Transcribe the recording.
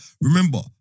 remember